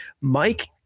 Mike